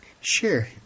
Sure